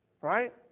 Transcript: Right